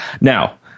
Now